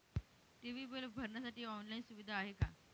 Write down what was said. TV bill भरण्यासाठी online सुविधा आहे का?